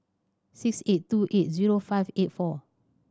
six eight two eight zero five eight four